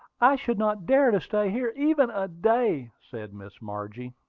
i should not dare to stay here even a day, said miss margie.